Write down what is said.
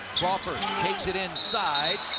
crawford takes it inside.